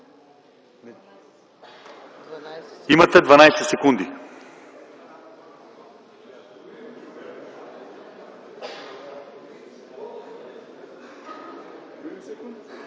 Имате 12 секунди.